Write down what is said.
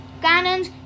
cannons